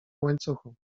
łańcuchu